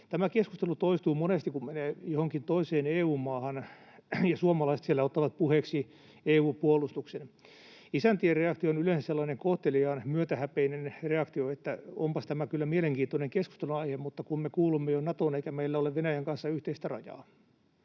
Tämä keskustelu toistuu monesti, kun menee johonkin toiseen EU-maahan ja suomalaiset siellä ottavat puheeksi EU-puolustuksen: isäntien reaktio on yleensä sellainen kohteliaan myötähäpeinen reaktio, että onpas tämä kyllä mielenkiintoinen keskustelunaihe mutta kun me kuulumme jo Natoon eikä meillä ole Venäjän kanssa yhteistä rajaa.